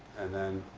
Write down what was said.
and then